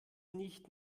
nicht